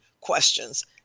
questions